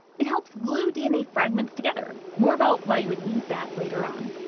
it helps glue dna fragments together. more about why you would need that later on.